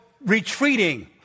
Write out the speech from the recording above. Retreating